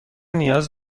نیاز